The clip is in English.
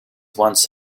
once